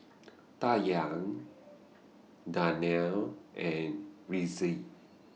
Dayang Danial and Rizqi